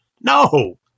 No